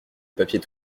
papier